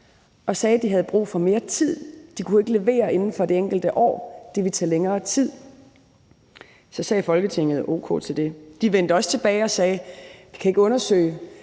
og sagde, at de havde brug for mere tid. De kunne ikke levere inden for det enkelte år; det ville tage længere tid. Så sagde Folketinget o.k. til det. De vendte også tilbage og sagde: Vi kan ikke undersøge